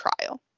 trial